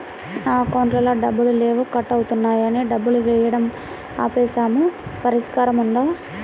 నా అకౌంట్లో డబ్బులు లేవు కట్ అవుతున్నాయని డబ్బులు వేయటం ఆపేసాము పరిష్కారం ఉందా?